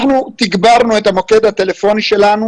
אנחנו תגברנו את המוקד הטלפוני שלנו